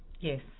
yes